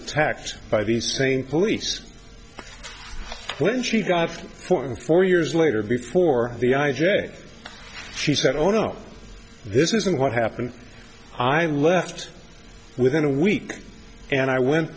attacked by the same police when she got one four years later before the i j a she said oh no this isn't what happened i left within a week and i went